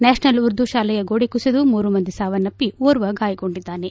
national Urdu ಶಾಲೆಯ ಗೋಡೆ ಕುಸಿದು ಮೂರು ಮಂದಿ ಸಾವನ್ನಪ್ಪಿ ಓರ್ವ ಗಾಯಗೊಂಡಿದ್ದಾನೆ